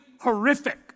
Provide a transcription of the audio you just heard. horrific